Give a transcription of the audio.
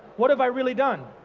what have i really done?